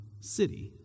city